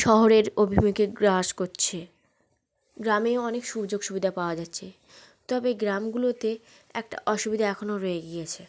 শহরের অভিমুখে গ্রাস করছে গ্রামেও অনেক সুযোগ সুবিধা পাওয়া যাচ্ছে তবে গ্রামগুলোতে একটা অসুবিধে এখনও রয়ে গিয়েছে